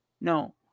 no